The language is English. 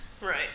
Right